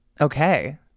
Okay